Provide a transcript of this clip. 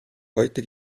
heute